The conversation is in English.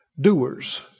Doers